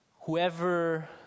whoever